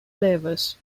flavors